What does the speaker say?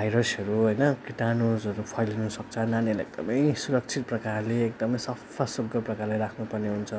भाइरसहरू होइन किटाणुसहरू फैलिनुसक्छ नानीहरूलाई एकदमै सुरक्षित प्रकारले एकदमै सफासुग्घर प्रकार राख्नुपर्ने हुन्छ